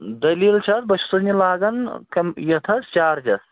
دٔلیٖل چھِ اَتھ بہٕ چھُسَن یہِ لاگان کَمۍ یَتھ حظ چارجَس